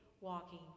walking